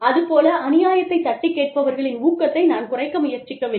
அதுபோல அநியாயத்தை தட்டி கேட்பவர்களின் ஊக்கத்தை நான் குறைக்க முயற்சிக்கவில்லை